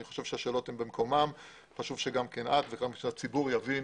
אני חושב השאלות הן במקומן וחשוב שאת והציבור יבין